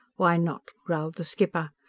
why not? growled the skipper.